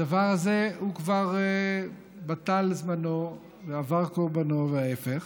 הדבר הזה הוא כבר בטל זמנו ועבר קורבנו, וההפך,